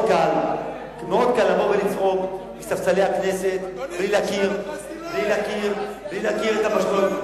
מאוד קל לבוא ולצעוק מספסלי הכנסת בלי להכיר את המשמעות.